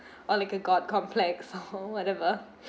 or like a god complex or whatever